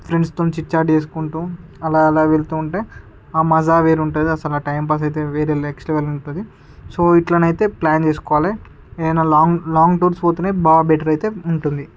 ఫ్రెండ్స్తో chit chat చేసుకుంటూ అలా అలా వెళుతూ ఉంటే ఆ మజా వేరు ఉంటుంది అసలు ఆ టైంపాస్ అయితే వేరే నెక్స్ట్ లెవెల్ ఉంటుంది సో ఇట్ల నైతే ప్లానింగ్ చేసుకోవాలి నేను లాం లాంగ్ టూర్స్ పోతేనే బాగా బెటర్ అయితే ఉంటుంది